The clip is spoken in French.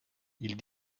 ils